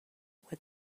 what